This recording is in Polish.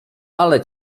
ale